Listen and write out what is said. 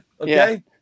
okay